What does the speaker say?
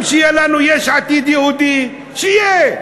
גם שיהיה לנו יש עתיד יהודי, שיהיה.